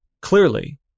Clearly